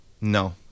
No